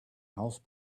house